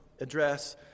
address